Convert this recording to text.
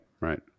right